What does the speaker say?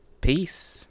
peace